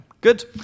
Good